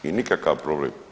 I nikakav problem.